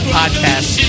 podcast